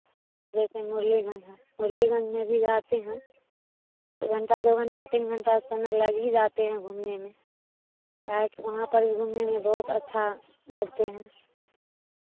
जैसे मुरलीगंज है मुरलीगंज में भी जाते हैं तो घंटा दो घंटा तीन घंटा समय लग ही जाते हैं घूमने में क्या है कि वहाँ पर भी घूमने में बहुत अच्छा लगते हैं